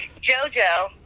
Jojo